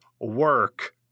work